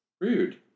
Rude